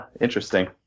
Interesting